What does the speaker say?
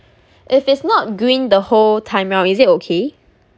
if it's not green the whole time round is it okay